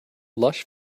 lush